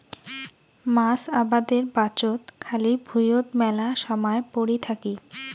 মাছ আবাদের পাচত খালি ভুঁইয়ত মেলা সমায় পরি থাকি